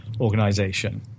organization